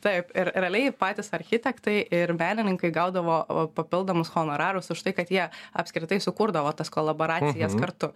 taip ir realiai ir patys architektai ir meninkai gaudavo papildomus honorarus už tai kad jie apskritai sukurdavo tas kolaboracijas kartu